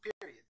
Period